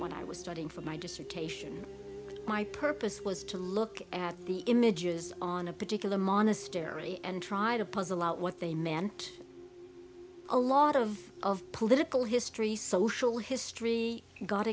when i was studying for my dissertation my purpose was to look at the images on a particular monastery and try to puzzle out what they meant a lot of of political history social history go